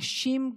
נשים,